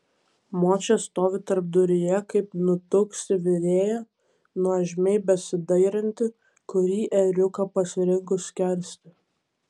močia stovi tarpduryje kaip nutuksi virėja nuožmiai besidairanti kurį ėriuką pasirinkus skersti